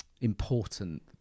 important